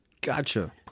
Gotcha